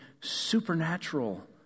supernatural